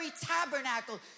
tabernacle